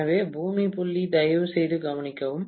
எனவே பூமி புள்ளி தயவுசெய்து கவனிக்கவும்